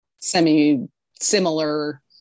semi-similar